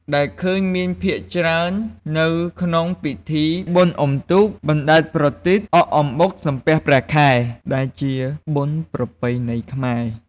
ដែលឃើញមានភាគច្រើននៅក្នុងពិធីបុណ្យអ៊ុំទូក បណ្តែតប្រទីប អក់អំបុកសំពះព្រះខែដែលជាបុណ្យប្រពៃណីខ្មែរ។